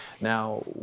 Now